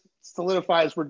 solidifies